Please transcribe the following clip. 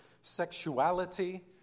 sexuality